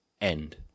end